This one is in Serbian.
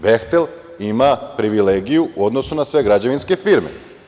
Behtel“ ima privilegiju u odnosu na sve građevinske firme.